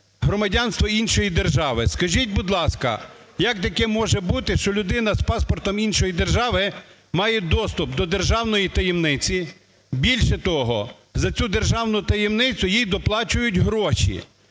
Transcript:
громадянство іншої держави. Скажіть, будь ласка, як таке може бути, що людина з паспортом іншої держави має доступ до державної таємниці? Більше того, за цю державну таємницю їй доплачують гроші.